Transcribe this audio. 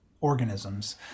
organisms